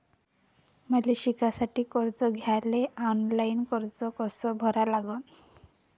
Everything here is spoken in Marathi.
मले शिकासाठी कर्ज घ्याले ऑनलाईन अर्ज कसा भरा लागन?